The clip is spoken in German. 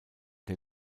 der